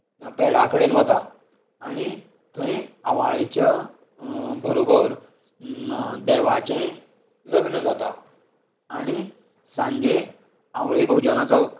पेडा कडेन वता आनी थंय आवाळेच्या बरोबर देवाचे लग्न जाता आणी सांजे आवाळी भोजनांचो